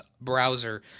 browser